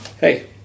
hey